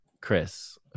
Chris